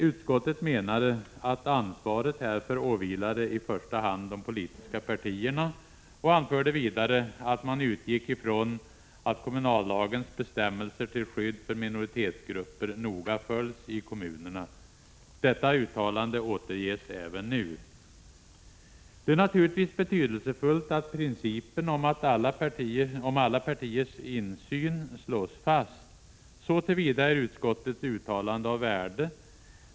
Utskottet menade emellertid att ansvaret härför åvilade i första hand de politiska partierna och anförde vidare att man utgick ifrån att kommunallagens bestämmelser till skydd för minoritetsgrupper noga följs i kommunerna. Detta uttalande återges även nu. Det är naturligtvis betydelsefullt att principen om alla partiers insyn slås fast. Så till vida är utskottets uttalande av värde.